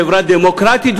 חברה דמוקרטית.